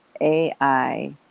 AI